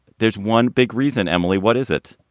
there's one big reason. emily, what is it?